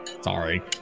Sorry